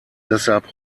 deshalb